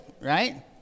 right